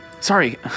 Sorry